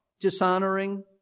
dishonoring